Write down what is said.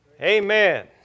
Amen